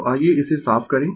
तो आइये इसे साफ करें